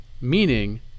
Meaning